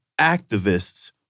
activists